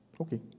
okay